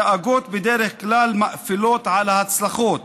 הדאגות בדרך כלל מאפילות על ההצלחות,